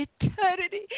eternity